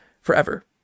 forever